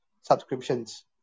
subscriptions